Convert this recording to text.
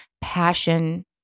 passion